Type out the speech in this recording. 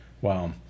wow